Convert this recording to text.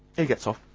he gets off.